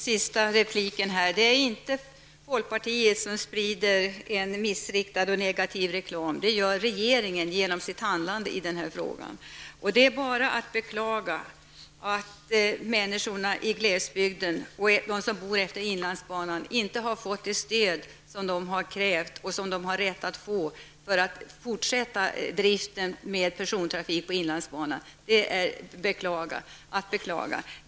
Herr talman! Det är inte folkpartiet som sprider en negativ och missriktad reklam. Det gör regeringen genom sitt handlande i denna fråga. Det är bara att beklaga att människorna i glesbygden och de som bor utefter inlandsbanan inte fått det stöd som de har krävt och har rätt att få för att fortsätta driften med persontrafik på inlandsbanan.